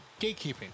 gatekeeping